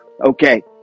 Okay